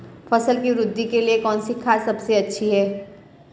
फसल की वृद्धि के लिए कौनसी खाद सबसे अच्छी है?